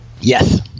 Yes